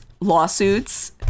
lawsuits